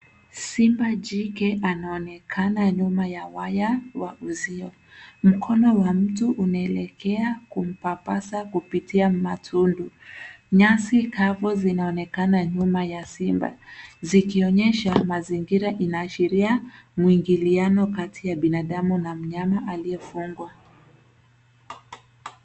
Simba jike anaonekana nyuma ya waya wa uzio, mkono wa mtu unaelekea kumpapasa kupitia matundu. Nyasi kavu zinaonekana nyuma ya simba, zikionyesha mazingira inaashiria, mwingiliano kati ya binadamu na mnyama aliyefungwa.